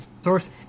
source